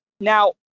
Now